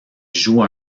joue